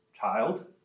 child